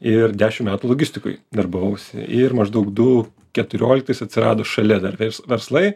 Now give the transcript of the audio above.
ir dešim metų logistikoj darbavausi ir maždaug du keturioliktais atsirado šalia dar vers verslai